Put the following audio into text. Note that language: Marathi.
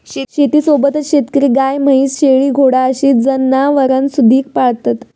शेतीसोबतच शेतकरी गाय, म्हैस, शेळी, घोडा अशी जनावरांसुधिक पाळतत